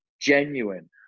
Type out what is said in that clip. genuine